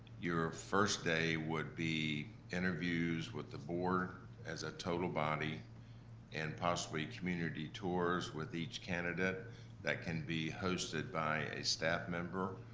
your first day would be interviews with the board as a total body and possibly community tours with each candidate that can be hosted by a staff member,